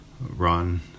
run